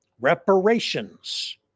Reparations